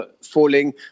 falling